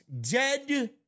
Dead